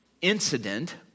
incident